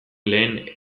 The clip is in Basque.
lehen